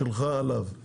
סעיף קטן (ב) קובע